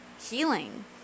healing